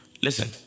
listen